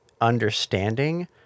understanding